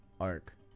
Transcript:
Ark